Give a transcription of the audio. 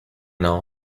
now